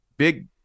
big